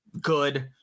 good